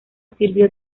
sirvió